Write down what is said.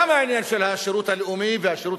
גם העניין של השירות הלאומי והשירות